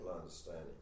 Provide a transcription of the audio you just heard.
understanding